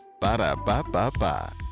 Ba-da-ba-ba-ba